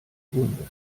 hundes